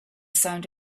sound